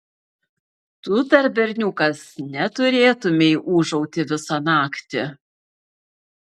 tu dar berniukas neturėtumei ūžauti visą naktį